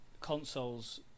consoles